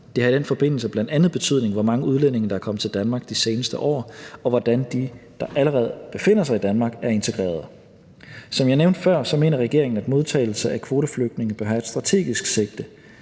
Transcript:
Det har i den forbindelse bl.a. betydning, hvor mange udlændinge der er kommet til Danmark de seneste år, og hvordan de, der allerede befinder sig i Danmark, er integreret. Som jeg nævnte før, mener regeringen, at modtagelse af kvoteflygtninge bør have et strategisk sigte.